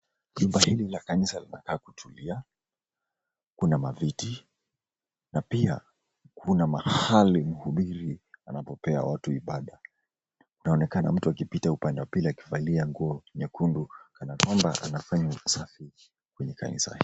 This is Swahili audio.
Jumba hili la kanisa linakaa kutulia. Kuna maviti na pia kuna mahali mhubiri anapopea watu ibada. Kunaonekana mtu akipita upande wa pili akivalia nguo nyekundu kanakwamba anafanya usafi kwenye kanisa hili.